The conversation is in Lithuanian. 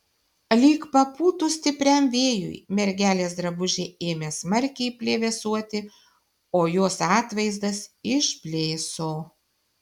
lyg papūtus stipriam vėjui mergelės drabužiai ėmė smarkiai plevėsuoti o jos atvaizdas išblėso